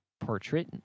portrait